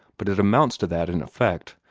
but it amounts to that in effect.